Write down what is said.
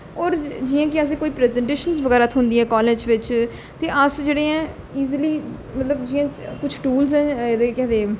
होर जियां कि असें कोई प्रजटेंशन बगैरा थ्होंदियां कालेज बिच्च ते अस जेह्ड़े ऐ इजली मतलब जियां कुछ टूल्स न एह्दे केह् आखदे